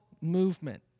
movement